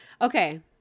Okay